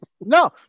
No